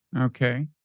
Okay